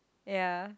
ya